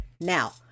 Now